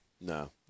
No